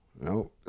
no